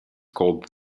called